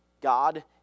God